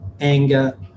anger